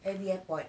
at the airport